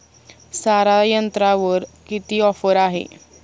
सारा यंत्रावर किती ऑफर आहे?